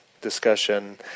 discussion